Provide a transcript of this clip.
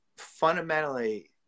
fundamentally